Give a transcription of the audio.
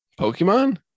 Pokemon